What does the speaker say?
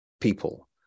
people